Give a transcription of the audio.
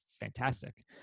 fantastic